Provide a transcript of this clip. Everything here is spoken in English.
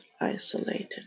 isolated